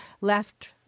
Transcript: left